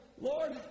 Lord